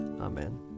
Amen